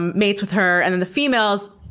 mates with her. and then the female's,